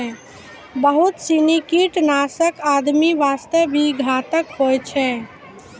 बहुत सीनी कीटनाशक आदमी वास्तॅ भी घातक होय छै